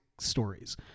stories